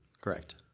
correct